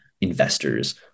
investors